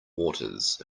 waters